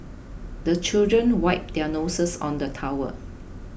the children wipe their noses on the towel